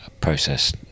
process